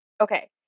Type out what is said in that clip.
okay